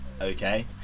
okay